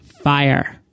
fire